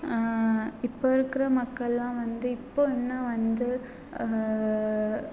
இப்போ இருக்கிற மக்கள் எல்லாம் வந்து இப்போ இன்னும் வந்து